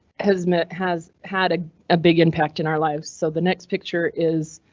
hazmat has had a ah big impact in our lives, so the next picture is.